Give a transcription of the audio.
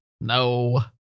No